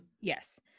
Yes